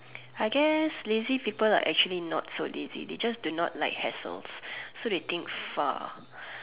I guess lazy people are actually not so lazy they just do not like hassle so they think far